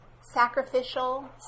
sacrificial